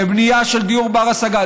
בבנייה של דיור בר-השגה,